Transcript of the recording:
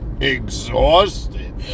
exhausted